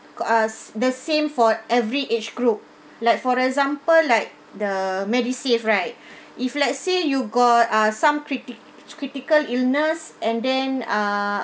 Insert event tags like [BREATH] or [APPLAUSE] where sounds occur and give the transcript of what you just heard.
the same for every age group like for example like the medisave right [BREATH] if let's say you got ah some criti~ critical illness and then uh